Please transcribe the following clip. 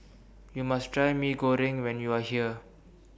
YOU must Try Mee Goreng when YOU Are here